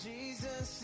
Jesus